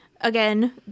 Again